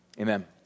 Amen